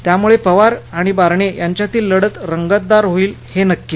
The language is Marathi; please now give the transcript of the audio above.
त्यामुळे पवार आणि बारणे यांच्यामधील लढत रंगतदार होईल हे नक्की